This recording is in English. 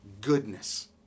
goodness